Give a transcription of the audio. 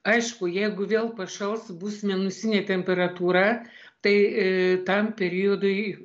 aišku jegu vėl pašals bus minusinė temperatūra tai tam periodui